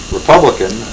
Republican